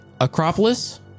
Acropolis